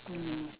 mm